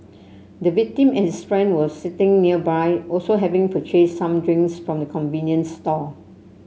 the victim and his friend were sitting nearby also having purchased some drinks from the convenience store